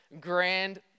grand